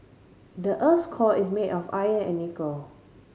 the earth's core is made of iron and nickel